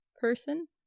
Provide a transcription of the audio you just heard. person